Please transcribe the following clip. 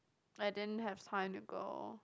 I didn't have time to go